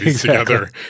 together